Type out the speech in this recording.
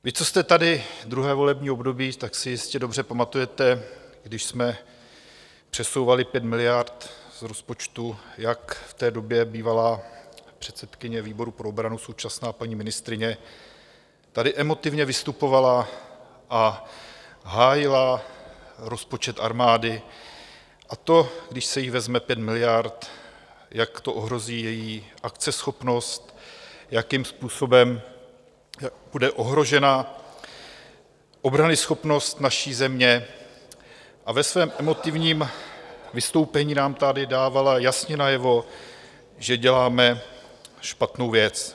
Vy, co jste tady druhé volební období, si asi jistě dobře pamatujete, když jsme přesouvali 5 miliard z rozpočtu, jak tady v té době bývalá předsedkyně výboru pro obranu, současná paní ministryně, emotivně vystupovala a hájila rozpočet armády, a jak to, když se jí vezme 5 miliard, ohrozí její akceschopnost, jakým způsobem bude ohrožena obranyschopnost naší země, a ve svém emotivním vystoupení nám tady dávala jasně najevo, že děláme špatnou věc.